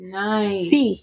nice